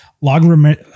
log